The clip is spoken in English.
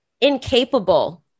incapable